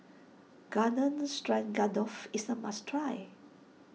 Garden Stroganoff is a must try